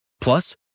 Plus